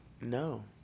No